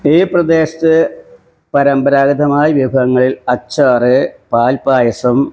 ഈ പ്രദേശത്ത് പരമ്പരാഗതമായ വിഭവങ്ങള് അച്ചാർ പാല്പ്പായസം